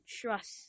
trust